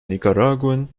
nicaraguan